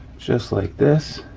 just like this,